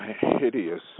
hideous